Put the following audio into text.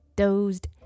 dozed